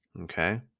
Okay